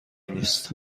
نیست